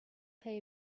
pay